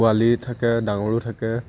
পোৱালি থাকে ডাঙৰো থাকে